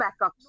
backups